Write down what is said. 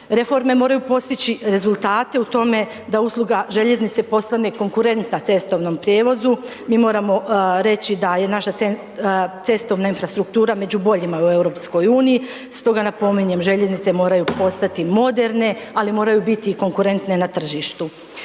reforme moraju postići rezultate u tome da usluga željeznice postane konkurentna cestovnom prijevozu. Mi moramo reći da je naša cestovna infrastruktura među boljima u EU, stoga napominjem željeznice moraju postati moderne, ali moraju biti i konkurentne na tržištu.